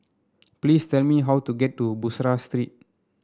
please tell me how to get to Bussorah Street